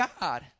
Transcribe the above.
God